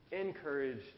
encouraged